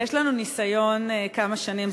יש לנו ניסיון כמה שנים,